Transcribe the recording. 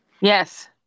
Yes